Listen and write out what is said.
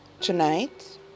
tonight